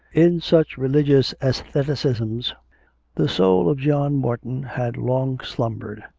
in such religious aestheticisms the soul of john norton had long slumbered,